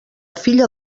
filla